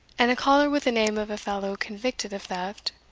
and a collar with the name of a fellow convicted of theft,